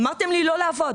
אמרתם לי לא לעבוד.